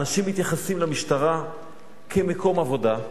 אנשים מתייחסים למשטרה כאל מקום עבודה,